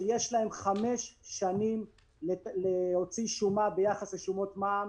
שיש להם חמש שנים להוציא שומה ביחס לשומות מע"מ,